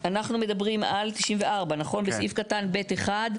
אנחנו מדברים על 94, בסעיף קטן (ב)(1),